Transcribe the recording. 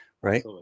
Right